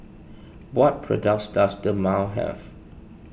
what products does Dermale have